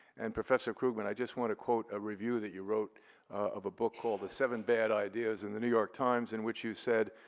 and, professor krugman, i just want to quote a review that you wrote of a book called the seven bad ideas, in the new york times, in which you said,